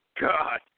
God